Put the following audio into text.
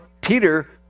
Peter